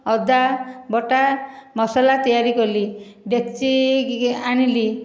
ଅଦା ବଟା ମସଲା ତିଆରି କଲି ଡେକ୍ଚି ଆଣିଲି